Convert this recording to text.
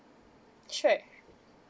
sure